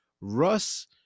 russ